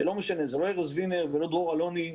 שלא משנה זה לא ארז וינר, ולא דרור אלוני.